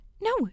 No